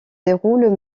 déroulent